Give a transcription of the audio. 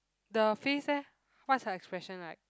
the face leh what's her expression like